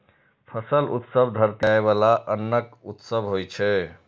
फसल उत्सव धरती पर उगाएल जाइ बला अन्नक उत्सव होइ छै